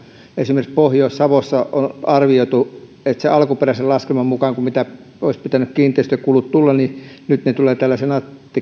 esimerkiksi pohjois savossa on arvioitu että verrattuna alkuperäiseen laskelmaan mitä olisi pitänyt kiinteistökuluja tulla nyt tulee senaatti